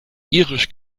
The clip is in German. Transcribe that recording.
irisch